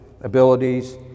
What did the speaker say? abilities